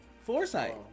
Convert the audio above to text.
Foresight